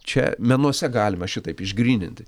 čia menuose galima šitaip išgryninti